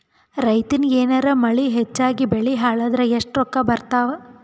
ರೈತನಿಗ ಏನಾರ ಮಳಿ ಹೆಚ್ಚಾಗಿಬೆಳಿ ಹಾಳಾದರ ಎಷ್ಟುರೊಕ್ಕಾ ಬರತ್ತಾವ?